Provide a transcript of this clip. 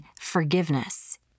forgiveness